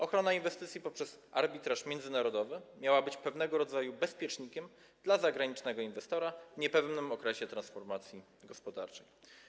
Ochrona inwestycji poprzez arbitraż międzynarodowy miała być pewnego rodzaju bezpiecznikiem dla zagranicznego inwestora w niepewnym okresie transformacji gospodarczej.